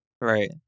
Right